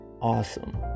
awesome